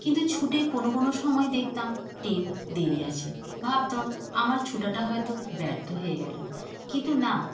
কিন্তু ছুটে কোনও কোনও সময় দেখতাম ট্রেন দেরি আছে ভাবতাম আমার ছোটাটা হয়তো ব্যর্থ হয়ে গেল কিন্তু না